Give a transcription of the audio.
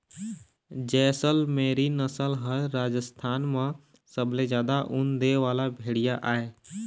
जैसलमेरी नसल ह राजस्थान म सबले जादा ऊन दे वाला भेड़िया आय